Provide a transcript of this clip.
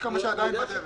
יש כמה שעדיין בדרך.